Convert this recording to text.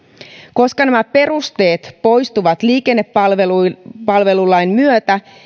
koska nämä perusteet poistuvat liikennepalvelulain myötä